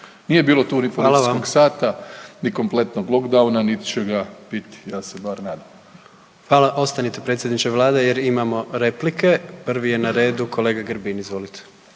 Nije bilo tu ni policijskog sata, ni kompletnog lockdowna, niti će ga biti ja se bar nadam. **Jandroković, Gordan (HDZ)** Vrijeme. Hvala. Ostanite predsjedniče Vlade jer imamo replike. Prvi je na redu kolega Grbin. Izvolite.